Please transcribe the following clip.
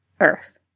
Earth